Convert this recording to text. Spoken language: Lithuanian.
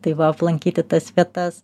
tai va aplankyti tas vietas